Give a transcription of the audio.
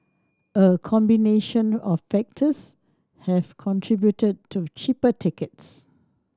a combination of factors have contributed to cheaper tickets